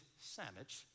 sandwich